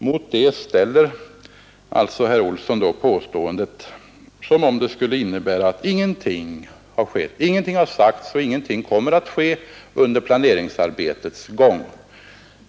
Mot det ställer herr Olsson ett påstående med innebörden att ingenting har skett, ingenting har sagts och ingenting kommer att ske under planeringsarbetets gång.